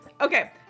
Okay